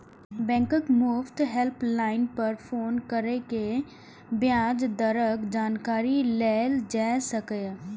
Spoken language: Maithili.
बैंकक मुफ्त हेल्पलाइन पर फोन कैर के ब्याज दरक जानकारी लेल जा सकैए